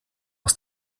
aus